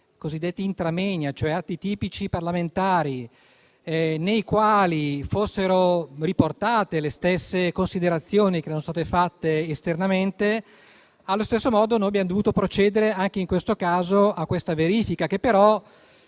cosiddetti *intra moenia*, cioè tipici parlamentari, nei quali fossero riportate le stesse considerazioni che erano state fatte esternamente, così abbiamo dovuto procedere anche in questo caso a tale verifica, che però